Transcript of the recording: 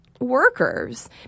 workers